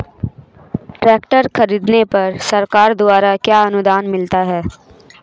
Tractor खरीदने पर सरकार द्वारा क्या अनुदान मिलता है?